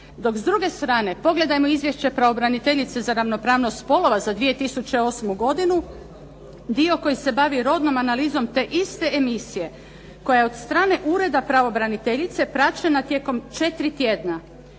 Dok s druge strane pogledajmo izvješće pravobraniteljice za ravnopravnost spolova za 2008. godinu, dio koji se bavi rodnom analizom te iste emisije koja je od strane Ureda pravobraniteljice praćena tijekom četiri tjedna.